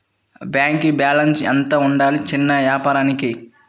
Bank balance ఎంత ఉండాలి చిన్న వ్యాపారానికి?